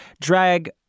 Drag